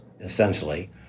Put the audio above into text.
essentially